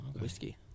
whiskey